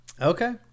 Okay